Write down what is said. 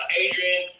Adrian